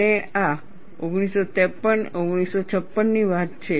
અને આ 1953 અને 1956 ની વાત છે